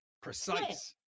Precise